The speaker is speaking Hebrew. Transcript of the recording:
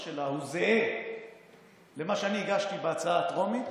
שלה זהה למה שאני הגשתי בהצעה הטרומית